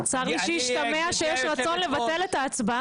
גברתי יושבת הראש --- צר לי שהשתמע שיש רצון לבטל את ההצבעה,